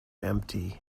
empty